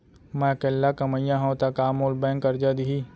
मैं अकेल्ला कमईया हव त का मोल बैंक करजा दिही?